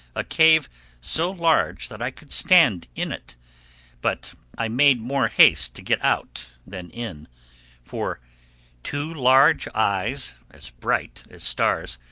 a cave so large that i could stand in it but i made more haste to get out, than in for two large eyes, as bright as stars,